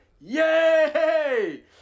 yay